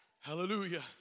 Hallelujah